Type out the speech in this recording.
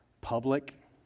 public